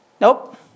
Nope